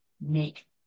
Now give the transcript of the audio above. make